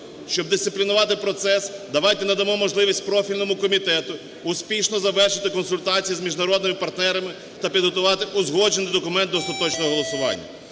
Щоб дисциплінувати процес, давайте надамо можливість профільному комітету успішно завершити консультації з міжнародними партнерами та підготувати узгоджений документ до остаточного голосування.